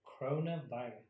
Coronavirus